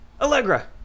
Allegra